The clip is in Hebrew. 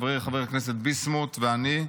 חברי חבר הכנסת ביסמוט ואני,